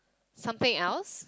something else